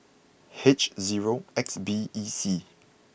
H zero X B E C